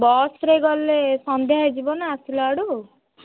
ବସ୍ରେ ଗଲେ ସନ୍ଧ୍ୟା ହେଇଯିବ ନା ଆସିଲା ବେଳକୁ